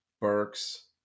Burks